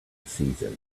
season